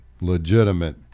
legitimate